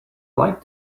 like